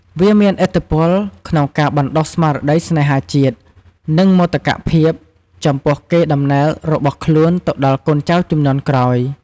វាមានឥទ្ធិពល ក្នុងការបណ្តុះស្មារតីស្នេហាជាតិ និងមោទកភាពចំពោះកេរ្តិ៍ដំណែលរបស់ខ្លួនទៅដល់កូនចៅជំនាន់ក្រោយ។